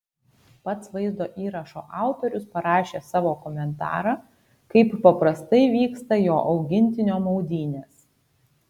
pats vaizdo įrašo autorius parašė savo komentarą kaip paprastai vyksta jo augintinio maudynės